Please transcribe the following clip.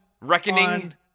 Reckoning